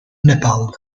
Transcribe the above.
nepal